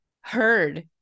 heard